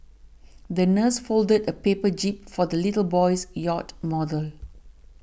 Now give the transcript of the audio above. the nurse folded a paper jib for the little boy's yacht model